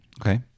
Okay